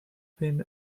been